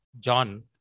John